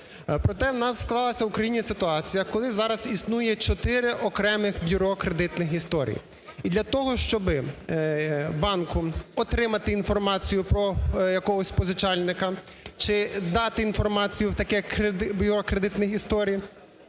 Проте, в нас склалась у країні ситуація, коли зараз існує чотири окремих Бюро кредитних історій, і для того, щоби банком отримати інформацію про якогось позичальника чи дати інформацію в бюро кредитних історій,